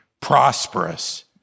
prosperous